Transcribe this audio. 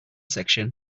section